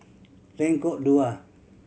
Lengkok Dua